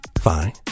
Fine